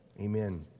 Amen